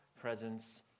presence